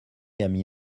ami